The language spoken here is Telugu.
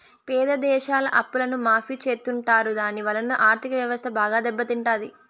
పేద దేశాల అప్పులను మాఫీ చెత్తుంటారు దాని వలన ఆర్ధిక వ్యవస్థ బాగా దెబ్బ తింటాది